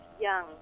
young